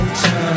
time